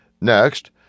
Next